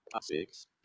six